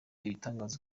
ibitangaza